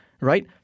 right